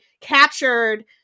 captured